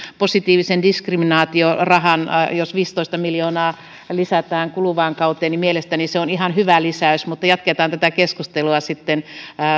positiivisen diskriminaation rahaa viisitoista miljoonaa lisätään kuluvaan kauteen niin mielestäni se on ihan hyvä lisäys mutta jatketaan tätä keskustelua sitten